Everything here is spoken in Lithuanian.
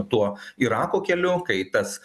tuo irako keliu kai tas